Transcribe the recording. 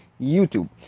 YouTube